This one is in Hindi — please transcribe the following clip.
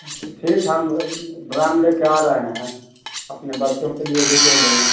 तो ठीक है हम ड्राम लेकर आ रहे हैं अपने बच्चों के लिए भी ले लेंगे